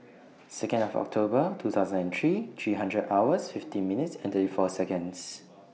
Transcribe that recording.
Second of October two thousand and three three hundred hours fifty minutes and thirty four Seconds